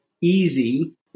easy